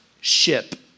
ship